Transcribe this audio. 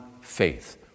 faith